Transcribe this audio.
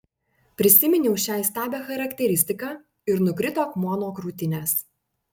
prisiminiau šią įstabią charakteristiką ir nukrito akmuo nuo krūtinės